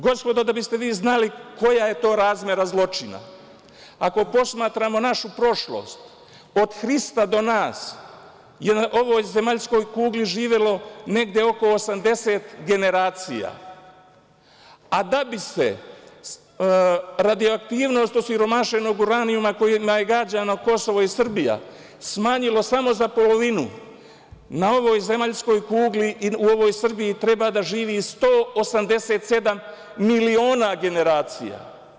Gospodo, da biste vi znali koja je to razmera zločina, ako posmatramo našu prošlost, od Hrista do nas je na ovoj zemaljskoj kugli živelo negde oko 80 generacija, a da bi se radioaktivnost osiromašenog uranijuma kojima je gađano Kosovo i Srbija smanjilo samo za polovinu na ovoj zemaljskoj kugli i u ovoj Srbiji treba da živi 187 miliona generacija.